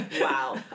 Wow